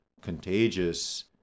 contagious